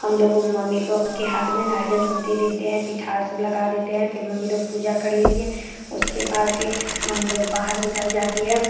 हम लोगों मम्मी को के हाथ में नारियल सब दे देते हैं पिठर सब लगा देते हैं फिर मम्मी लोग पूजा कर लेती हैं उसके बाद फिर मम्मी लोग बाहर निकल जाती हैं